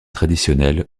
traditionnels